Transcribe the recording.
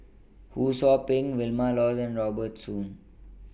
Ho SOU Ping Vilma Laus and Robert Soon